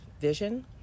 vision